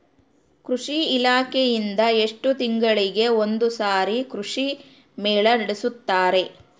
ಕೃಷಿ ಇಲಾಖೆಯಿಂದ ಎಷ್ಟು ತಿಂಗಳಿಗೆ ಒಂದುಸಾರಿ ಕೃಷಿ ಮೇಳ ನಡೆಸುತ್ತಾರೆ?